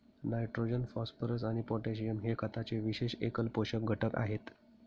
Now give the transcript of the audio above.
nitrogen, phosphorus आणि potassium हे खताचे विशेष एकल पोषक घटक आहेत